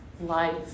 life